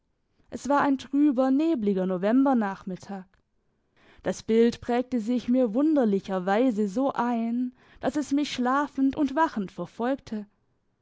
es war ein trüber nebliger novembernachmittag das bild prägte sich mir wunderlicher weise so ein dass es mich schlafend und wachend verfolgte